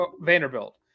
Vanderbilt